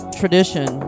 tradition